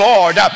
Lord